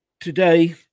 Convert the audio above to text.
today